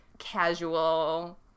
Casual